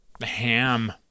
ham